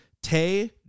Tay